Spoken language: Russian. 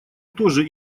тоже